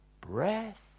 breath